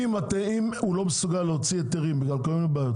אם הוא לא מסוגל להוציא היתרים בגלל כל מיני בעיות,